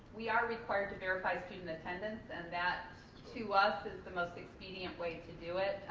we are required to verify student attendance and that, to us, is the most expedient way to do it,